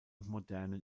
modernen